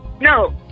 No